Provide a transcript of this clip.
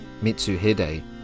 Mitsuhide